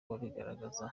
kubigaragaza